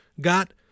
got